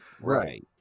Right